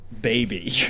baby